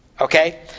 Okay